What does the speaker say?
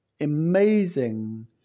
amazing